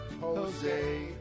Jose